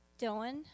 Dylan